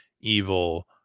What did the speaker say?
evil